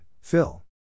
Phil